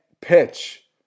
pitch